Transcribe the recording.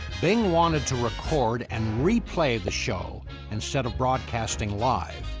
bing wanted to record and replay the show instead of broadcasting live.